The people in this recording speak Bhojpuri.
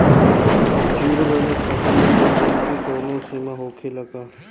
जीरो बैलेंस खाता में लेन देन के कवनो सीमा होखे ला का?